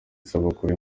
isabukuru